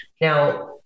Now